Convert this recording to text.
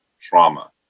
trauma